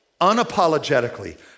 unapologetically